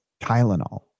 Tylenol